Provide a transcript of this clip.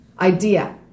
idea